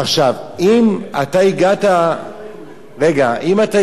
עכשיו, אם אתה הגעת, תשאל